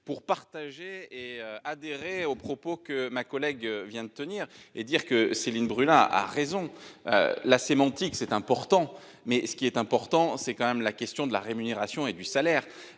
pour partager et adhérer aux propos que ma collègue vient de tenir et dire que Céline Brulin a raison. La sémantique, c'est important mais ce qui est important, c'est quand même la question de la rémunération et du salaire.